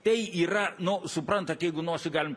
tai yra nu suprantat jeigu nosį galim